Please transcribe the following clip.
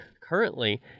currently